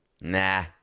Nah